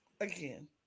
Again